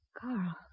Carl